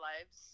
lives